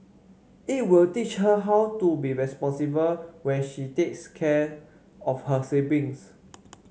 it will teach her how to be responsible when she takes care of her siblings